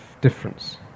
difference